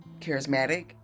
charismatic